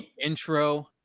intro